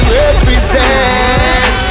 represent